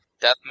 death